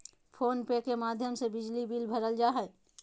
phone पे के माध्यम से बिजली बिल भरल जा हय